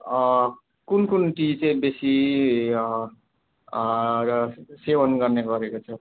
कुन कुन टी चाहिँ बेसी सेवन गर्ने गरेको छ